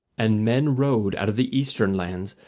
and men rode out of the eastern lands,